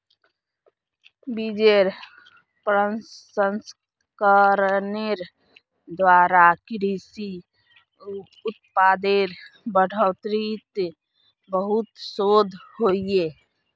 बिजेर प्रसंस्करनेर द्वारा कृषि उत्पादेर बढ़ोतरीत बहुत शोध होइए